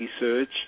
research